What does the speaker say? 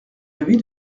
l’avis